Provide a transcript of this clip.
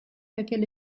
laquelle